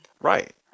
Right